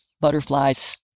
Butterflies